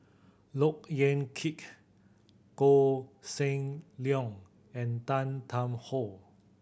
Look Yan Kit Koh Seng Leong and Tan Tarn How